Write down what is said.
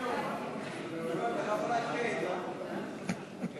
להיות כרוכה בעלויות כספיות של מיתוג,